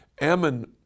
Ammon